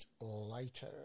later